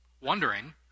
wondering